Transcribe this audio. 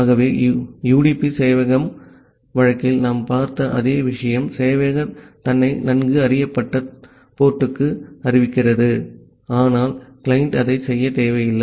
ஆகவே யுடிபி சேவையக வழக்கில் நாம் பார்த்த அதே விஷயம் சேவையகம் தன்னை நன்கு அறியப்பட்ட துறைமுகத்திற்கு அறிவிக்கிறது ஆனால் கிளையன்ட் அதை செய்ய தேவையில்லை